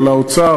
על האוצר,